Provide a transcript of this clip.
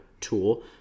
tool